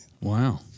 Wow